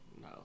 No